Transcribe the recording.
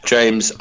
James